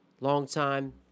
longtime